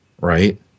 right